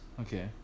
Okay